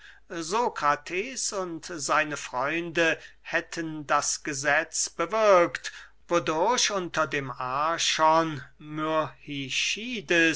sokrates und seine freunde hätten das gesetz bewirkt wodurch unter dem archon